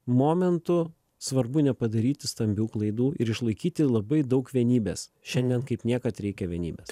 momentu svarbu nepadaryti stambių klaidų ir išlaikyti labai daug vienybės šiandien kaip niekad reikia vienybės